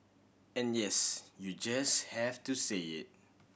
and yes you just have to say it